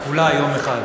אולי יום אחד.